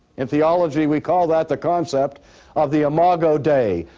in theology, we call that the concept of the imago dei,